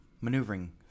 maneuvering